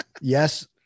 yes